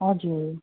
हजुर